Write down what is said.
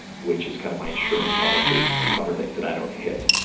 which is kind of my insurance policy to cover things that i don't hit.